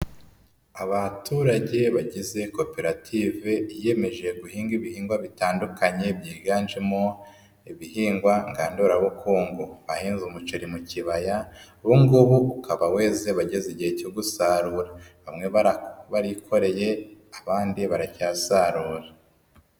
Abaturage bagize koperative yiyemeje guhinga ibihingwa bitandukanye byiganjemo ibihingwa ngandurabukungu, bahinze umuceri mu kibaya ubu ngubu ukaba weze bageza igihe cyo gusarura bamwe barikoreye abandi baracyasarura.